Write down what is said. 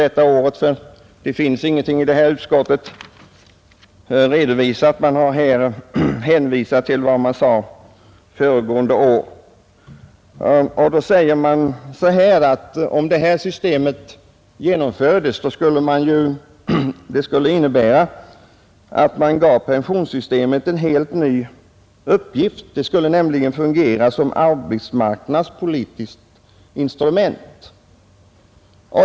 Det gäller inte årets behandling, eftersom utskottet inte har redovisat någon sådan utan har hänvisat till vad som sades föregående år. Då menade man att om denna ordning genomfördes, skulle det innebära att man gav pensionssystemet en helt ny uppgift. Det skulle nämligen fungera som arbetsmarknadspolitiskt instrument.